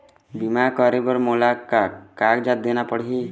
बीमा करे बर मोला का कागजात देना पड़ही?